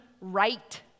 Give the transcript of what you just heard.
right